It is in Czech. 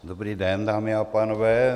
Dobrý den, dámy a pánové.